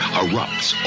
erupts